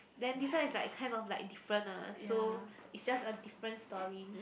then this one is like kind of like different ah so it's just a different story